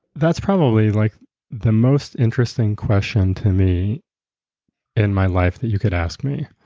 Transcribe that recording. that's probably like the most interesting question to me in my life that you could ask me.